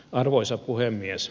arvoisa puhemies